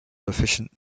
sufficient